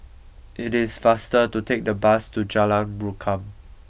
it is faster to take the bus to Jalan Rukam